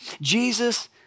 Jesus